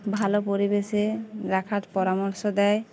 ভালো পরিবেশে রাখার পরামর্শ দেয়